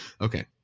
Okay